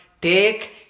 take